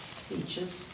speeches